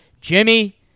Jimmy